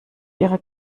ihre